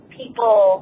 people